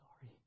Sorry